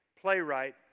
playwright